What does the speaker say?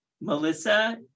Melissa